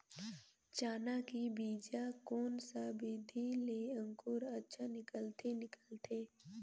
चाना के बीजा कोन सा विधि ले अंकुर अच्छा निकलथे निकलथे